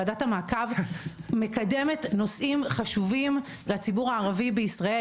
ועדת המעקב מקדמת נושאים חשובים לציבור הערבי בישראל,